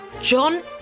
John